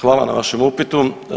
Hvala na vašem upitu.